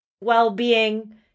well-being